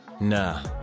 Nah